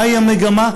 מהי המגמה,